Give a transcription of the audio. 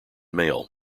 mail